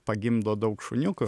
pagimdo daug šuniukų